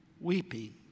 weeping